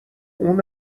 اون